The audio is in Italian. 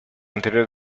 anteriore